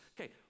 Okay